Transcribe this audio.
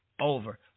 over